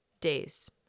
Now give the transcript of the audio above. days